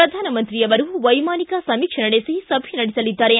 ಪ್ರಧಾನಮಂತ್ರಿ ಅವರು ವೈಮಾನಿಕ ಸಮೀಕ್ಷೆ ನಡೆಸಿ ಸಭೆ ನಡೆಸಲಿದ್ದಾರೆ